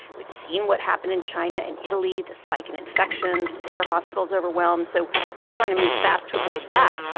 we've seen what happened in china and italy the spike in infections, their hospitals overwhelmed. overwhelmed. so we're trying to move fast to avoid that.